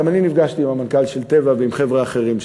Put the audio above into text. גם אני נפגשתי עם המנכ"ל של "טבע" ועם חבר'ה אחרים שם.